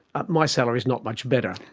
my salary is not much better.